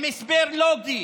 הסבר לוגי,